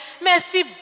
Merci